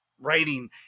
writing